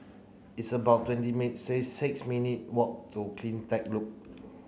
it's about twenty six minute walk to CleanTech Loop